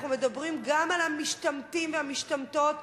אנחנו מדברים גם על המשתמטים והמשתמטות,